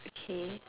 okay